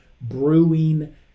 brewing